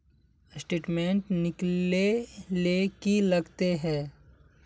Statement निकले ले की लगते है?